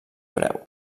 preu